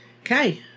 Okay